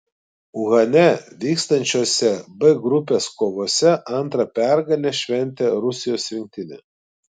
uhane vykstančiose b grupės kovose antrą pergalę šventė rusijos rinktinė